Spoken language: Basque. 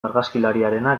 argazkilariarena